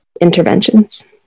interventions